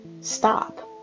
stop